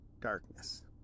darkness